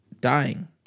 dying